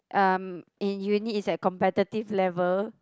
um in uni is like competitive level